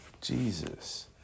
Jesus